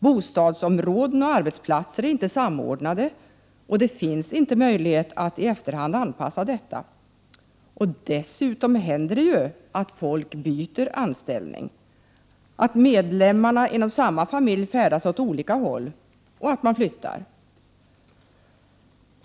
Bostadsområden och arbetsplatser är inte samordnade, och det finns inte möjlighet att i efterhand anpassa detta. Dessutom händer det ju att människor byter anställning, att medlemmarna inom samma familj färdas åt olika håll och att de flyttar.